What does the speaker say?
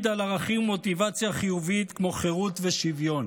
על ערכים ומוטיבציה חיוביים כמו חירות ושוויון.